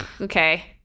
okay